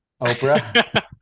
Oprah